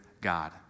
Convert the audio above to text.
God